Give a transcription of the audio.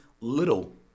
little